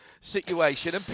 situation